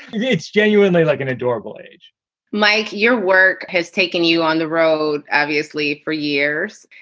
yeah it's genuinely like an adorable age mike, your work has taken you on the road, obviously, for years.